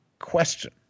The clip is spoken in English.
question